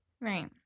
Right